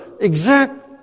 exact